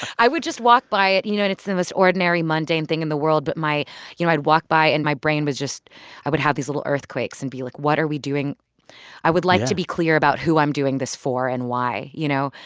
i would just walk by it. you you know, and it's the most ordinary, mundane thing in the world. but my you know, i'd walk by, and my brain was just i would have these little earthquakes and be like, what are we doing i would like to be clear about who i'm doing this for and why, you know?